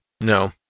no